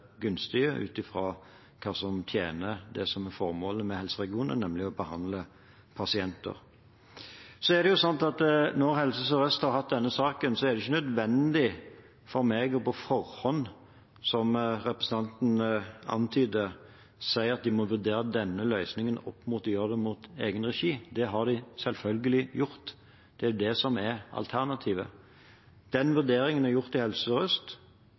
gunstige ut ifra hva som tjener det som er formålet med helseregionene, nemlig å behandle pasienter. Når Helse Sør-Øst har hatt denne saken, er det ikke nødvendig for meg på forhånd – som representanten antyder – å si at de må vurdere denne løsningen opp mot å gjøre det i egen regi. Det har de selvfølgelig gjort. Det er jo det som er alternativet. Den vurderingen er gjort i Helse